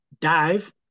dive